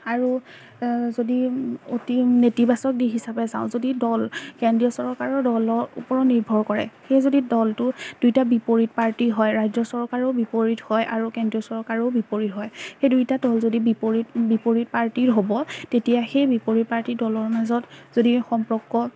আৰু যদি অতি নেতিবাচক দিশ হিচাপে যাওঁ যদি দল কেন্দ্ৰীয় চৰকাৰৰ দলৰ ওপৰত নিৰ্ভৰ কৰে সেই যদি দলটো দুয়োটা বিপৰীত পাৰ্টি হয় ৰাজ্য চৰকাৰেও বিপৰীত হয় আৰু কেন্দ্ৰীয় চৰকাৰেও বিপৰীত হয় সেই দুয়োটা দল যদি বিপৰীত বিপৰীত পাৰ্টিৰ হ'ব তেতিয়া সেই বিপৰীত পাৰ্টীৰ দলৰ মাজত যদি সম্পৰ্ক